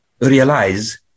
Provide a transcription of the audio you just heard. realize